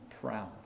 proud